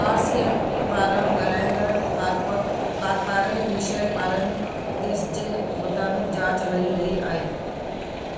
R C M P पारां ॻाल्हाईंदड़ कारपो कारपाराइल मिशैल पारंदीस जे मुताबिक जांचु हली रही आहे